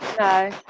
No